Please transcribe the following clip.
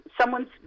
someone's